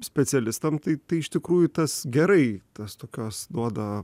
specialistam tai tai iš tikrųjų tas gerai tas tokios duoda